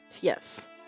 Yes